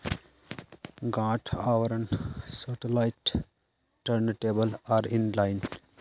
गांठ आवरण satellite turn table आर इन लाइन